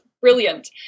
brilliant